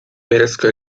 berezko